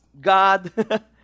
God